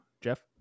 Jeff